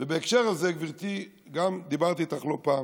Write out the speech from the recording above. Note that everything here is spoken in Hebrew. בהקשר הזה, גברתי, גם דיברתי איתך ללא פעם.